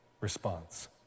response